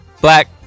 Black